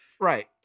Right